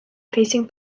facing